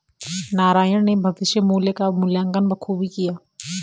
नारायण ने भविष्य मुल्य का मूल्यांकन बखूबी किया